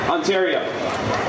Ontario